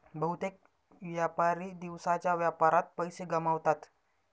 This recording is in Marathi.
बहुतेक व्यापारी दिवसाच्या व्यापारात पैसे गमावतात